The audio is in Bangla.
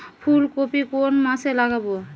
ফুলকপি কোন মাসে লাগাবো?